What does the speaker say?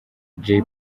jay